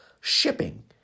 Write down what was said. shipping